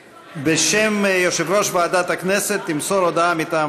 בשם יושב-ראש ועדת הכנסת תמסור הודעה מטעם